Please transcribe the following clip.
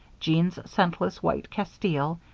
jean's scentless white castile,